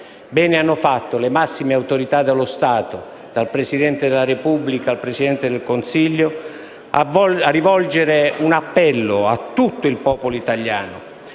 Bene hanno fatto le massime autorità dello Stato, dal Presidente della Repubblica al Presidente del Consiglio, a rivolgere un appello a tutto il popolo italiano